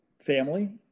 family